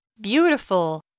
Beautiful